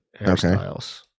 hairstyles